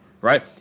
right